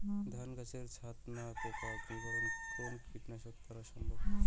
ধান গাছের ছাতনা পোকার নিবারণ কোন কীটনাশক দ্বারা সম্ভব?